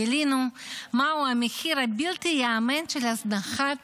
גילינו מהו המחיר הבלתי-ייאמן של הזנחת